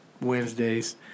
Wednesdays